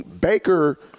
Baker –